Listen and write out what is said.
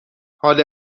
حال